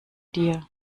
dir